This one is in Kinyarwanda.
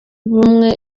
ubumwe